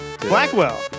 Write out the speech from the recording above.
Blackwell